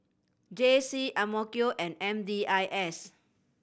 J C and M D I S